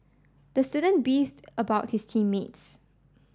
the student beefed about his team mates